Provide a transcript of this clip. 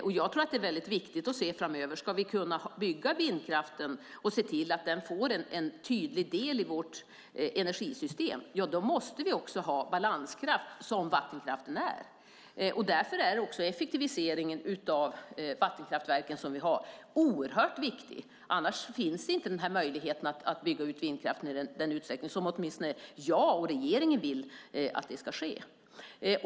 Det är väldigt viktigt om vi framöver ska kunna bygga ut vindkraften och se till att den blir en tydlig del i vårt energisystem att vi också måste ha balanskraft, som vattenkraften är. Därför är effektiviseringen av de vattenkraftverk som vi har oerhört viktig, för annars finns inte möjligheten att bygga ut vindkraften i en utsträckning som åtminstone jag och regeringen vill ska ske.